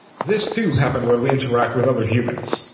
this too happen when we interact with other humans.